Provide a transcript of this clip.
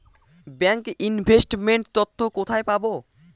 Bank investment তথ্য কোথায় পাব?